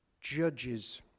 judges